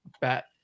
bat